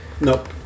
Nope